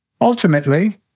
Ultimately